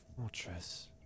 fortress